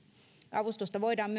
avustusta voidaan